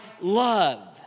love